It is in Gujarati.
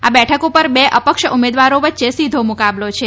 આ બેઠક ઉપર બે અપક્ષ ઉમેદવારો વચ્ચે સીધો મુકાબલો છે